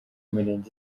mirenge